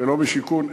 ולא בשיכון,